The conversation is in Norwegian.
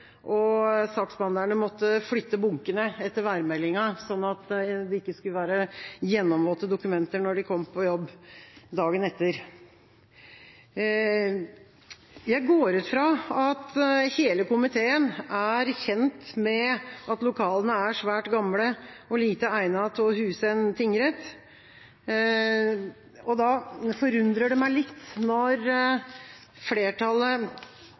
Saksbehandlerne måtte flytte bunkene etter værmeldinga så det ikke skulle være gjennomvåte dokumenter når de kom på jobb dagen etter. Jeg går ut fra at hele komiteen er kjent med at lokalene er svært gamle og lite egnet til å huse en tingrett. Da forundrer det meg litt når flertallet